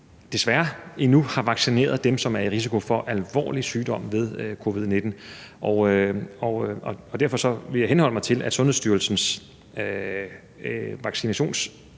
hvor vi har vaccineret dem, som er i risiko for alvorlig sygdom ved covid-19, og derfor vil jeg henholde mig til Sundhedsstyrelsens vaccinationskalender